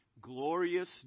Glorious